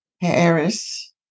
Harris